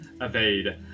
evade